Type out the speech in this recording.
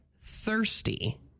thirsty